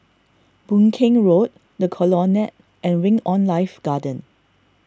Boon Keng Road the Colonnade and Wing on Life Garden